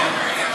לא.